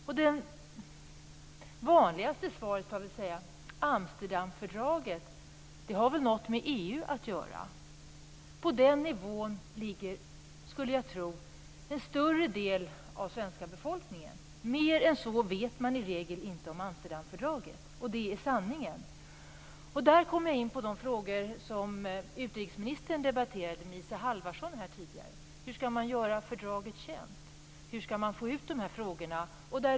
Det vanligaste svaret har varit: Amsterdamfördraget, det har väl någonting med EU att göra? Jag skulle tro att kunskaperna hos en större del av den svenska befolkningen ligger på den nivån. Sanningen är den att man i regel inte vet mer än så om Jag kommer därmed in på de frågor som utrikesministern här tidigare debatterade med Isa Halvarsson. Hur skall man göra fördraget känt? Hur skall man få ut de här frågorna?